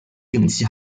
定期